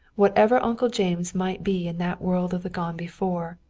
wherever uncle james might be in that world of the gone before,